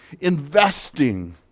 investing